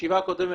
בישיבה הקודמת,